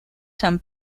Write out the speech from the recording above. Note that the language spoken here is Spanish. san